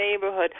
neighborhood